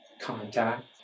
contact